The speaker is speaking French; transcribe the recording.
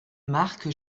marque